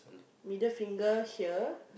middle finger here